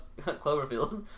Cloverfield